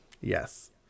Yes